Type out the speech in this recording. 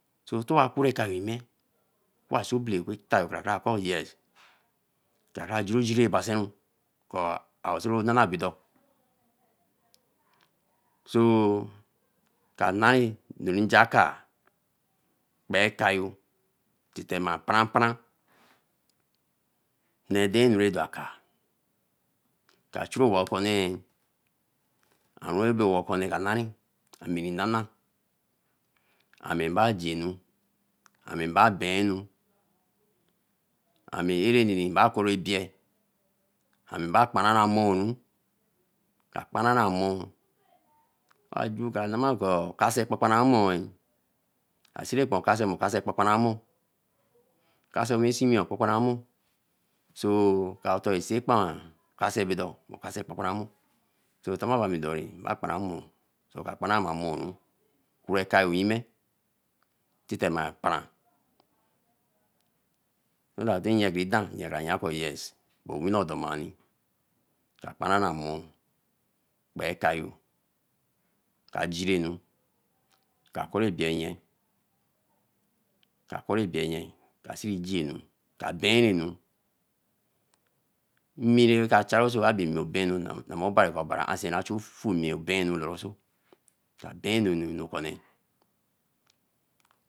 So towa kura ekayo yime, owasi ebelea ku etayo kra kor yes. kra kra juń juri ra basenru kor owa sey nama bido. so nae jakar, Kpe kayo titen ma paran paran na dainu ra dakar. Wa churi ewa Kone yee. owa kone wa nari. ameri nana, ami ba juenu. ami ba beinu. ami areni ba Korebie. ami ba kpanran amoru. ka kpanran amor. a ja ka lamaru kor kase kpapan mei. so atonsee kpanran kese bido owasee kpanpanra mor. mba kpanran amor kpaparan moru. Kure kayo yime terema paran so that tin nye barindan. nye ka neo ko yes bo owinyo domara. Akparan mor. kpe kayo. ka jire anu. ka kori ebie nye. ka kori ebie nye see jie anu. ka bien anu. Mmii ra ka charioso anu obenu. obari a ariso, ka dein enu kone